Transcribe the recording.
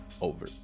over